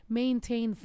maintain